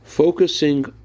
Focusing